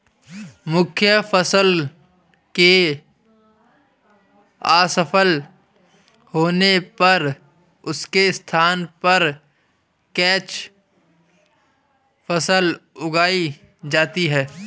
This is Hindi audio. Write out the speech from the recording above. मुख्य फसल के असफल होने पर उसके स्थान पर कैच फसल उगाई जाती है